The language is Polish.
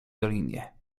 dolinie